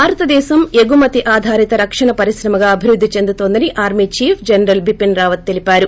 భారతదేశం ఎగుమతి ఆధారిత రక్షణ పరిశ్రమగా అభివృద్గి చెందుతోందని army chief general Bipin Rawat తెలిపారు